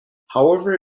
however